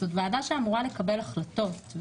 זו ועדה שאמורה לקבל החלטות,